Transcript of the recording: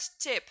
tip